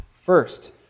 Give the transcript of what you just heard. first